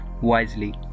wisely